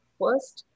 first